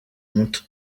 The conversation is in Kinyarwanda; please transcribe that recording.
umuti